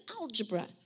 algebra